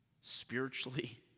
Spiritually